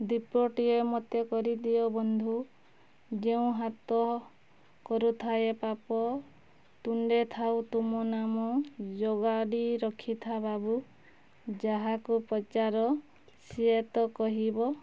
ଦୀପଟିଏ ମତେ କରିଦିଅ ବନ୍ଧୁ ଯେଉଁ ହାତ କରୁଥାଏ ପାପ ତୁଣ୍ଡେ ଥାଉ ତୁମ ନାମ ଯୋଗାଡ଼ି ରଖିଥା ବାବୁ ଯାହାକୁ ପଚାର ସିଏ ତ କହିବ